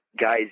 guys